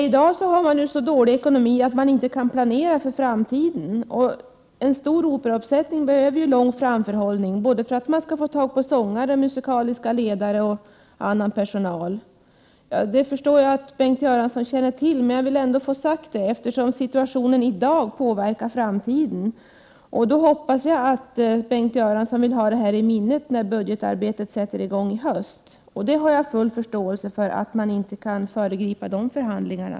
I dag är ekonomin så dålig att man inte kan planera inför framtiden. En stor operauppsättning behöver ju lång framförhållning, inte minst för att man skall kunna engagera sångare, musikaliska ledare och annan personal. Jag förstår att Bengt Göransson är medveten om detta, men jag vill ändå ha detta sagt, eftersom situationen i dag påverkar framtiden. Jag hoppas att Bengt Göransson vill ha det här i minnet i höst då budgetarbetet sätter i gång. Jag har full förståelse för att man inte kan föregripa dessa förhandlingar.